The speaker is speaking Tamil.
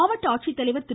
மாவட்ட ஆட்சித்தலைவர் திரு